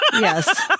Yes